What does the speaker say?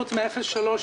חוץ מ-0.3%,